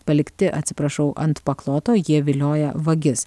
palikti atsiprašau ant pakloto jie vilioja vagis